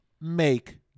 make